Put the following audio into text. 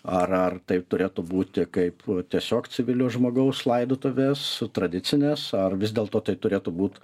ar ar taip turėtų būti kaip tiesiog civilio žmogaus laidotuves tradicines ar vis dėlto tai turėtų būti